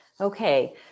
Okay